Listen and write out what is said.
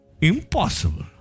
Impossible